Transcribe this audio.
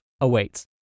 awaits